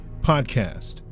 Podcast